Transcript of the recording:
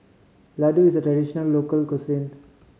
laddu is a traditional local cuisine